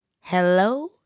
hello